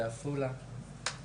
בעפולה.